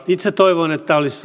itse toivoin että olisi